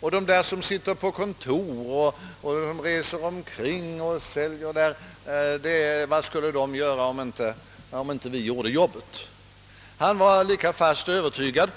Vad skulle de där som sitter på kontoret eller som reser omkring och säljer ta sig till om inte vi gjorde jobbet?» Han var lika fast övertygad